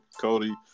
Cody